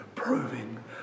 proving